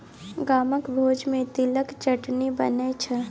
गामक भोज मे तिलक चटनी बनै छै